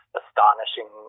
astonishing